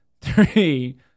three